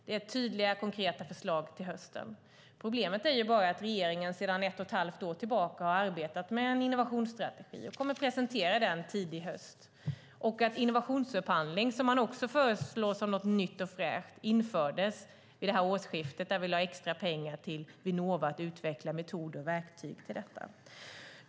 Det är tydliga, konkreta förslag till hösten. Problemet är bara att regeringen sedan ett och ett halvt år tillbaka har arbetat med en innovationsstrategi och kommer att presentera den tidig höst. Innovationsupphandling, som föreslås som något nytt och fräscht, infördes vid årsskiftet. Vi lade då extra pengar till Vinnova att utveckla metoder och verktyg för detta.